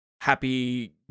happy